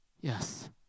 Yes